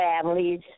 families